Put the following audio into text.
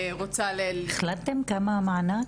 החלטתם כמה המענק?